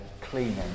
cleaning